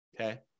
Okay